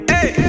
Hey